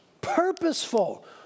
purposeful